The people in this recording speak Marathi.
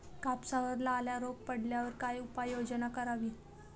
कापसावर लाल्या रोग पडल्यावर काय उपाययोजना करावी?